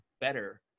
better